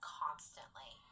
constantly